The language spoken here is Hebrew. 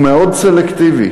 הוא מאוד סלקטיבי,